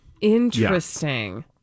Interesting